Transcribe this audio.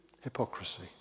Hypocrisy